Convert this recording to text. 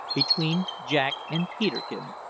between jack and peterkin,